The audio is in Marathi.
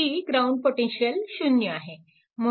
ही ग्राऊंड पोटेन्शिअल 0 आहे